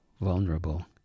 vulnerable